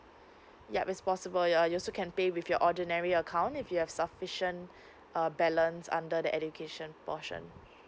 yup is possible ya yes you can pay with your ordinary account if you have sufficient a balance under the education portion